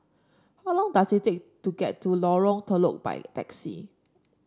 how long does it take to get to Lorong Telok by taxi